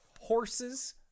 horses